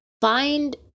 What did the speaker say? find